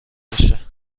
بشه